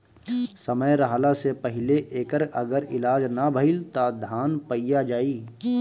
समय रहला से पहिले एकर अगर इलाज ना भईल त धान पइया जाई